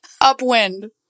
upwind